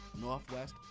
Northwest